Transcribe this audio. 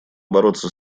бороться